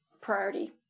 priority